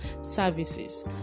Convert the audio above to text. services